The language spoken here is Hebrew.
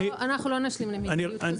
אנחנו לא נשלים למדיניות כזאת.